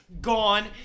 gone